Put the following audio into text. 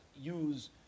use